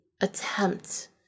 attempt